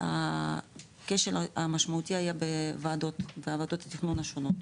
הכשל המשמעותי היה בוועדות התכנון השונות.